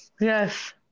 Yes